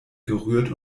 gerührt